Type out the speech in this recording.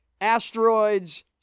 Asteroids